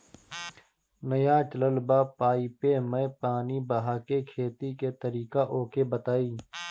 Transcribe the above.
नया चलल बा पाईपे मै पानी बहाके खेती के तरीका ओके बताई?